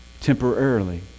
Temporarily